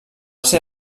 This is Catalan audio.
ser